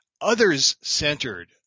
others-centered